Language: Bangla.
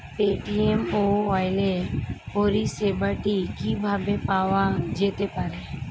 পেটিএম ই ওয়ালেট পরিষেবাটি কিভাবে পাওয়া যেতে পারে?